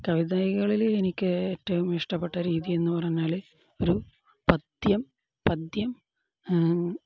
കവിതകളില് എനിക്ക് ഏറ്റവും ഇഷ്ടപ്പെട്ട രീതി എന്നുപറഞ്ഞാല് ഒരു പദ്യം പദ്യം